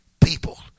people